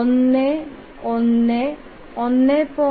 1 1 1